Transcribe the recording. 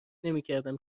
نمیکردم